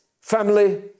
family